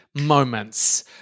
moments